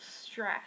stress